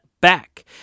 back